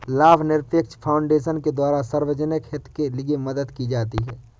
लाभनिरपेक्ष फाउन्डेशन के द्वारा सार्वजनिक हित के लिये मदद दी जाती है